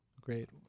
Great